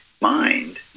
mind